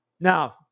Now